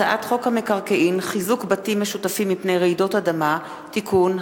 הצעת חוק המקרקעין (חיזוק בתים משותפים מפני רעידות אדמה) (תיקון),